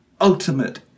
ultimate